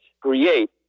create